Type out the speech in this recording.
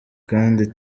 kandi